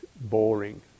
boring